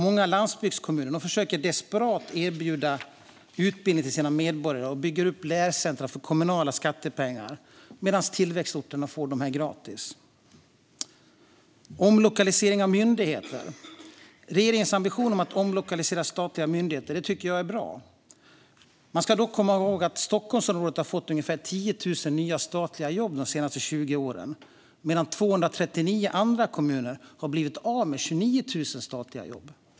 Många landsbygdskommuner försöker desperat att erbjuda utbildning till sina medborgare och bygger upp lärcentrum för kommunala skattepengar medan tillväxtorterna får detta gratis. Sedan vill jag ta upp omlokalisering av myndigheter. Regeringens ambition att omlokalisera statliga myndigheter är bra. Man ska dock komma ihåg att Stockholmsområdet har fått ungefär 10 000 nya statliga jobb under de senaste 20 åren medan 239 andra kommuner har blivit av med 29 000 statliga jobb.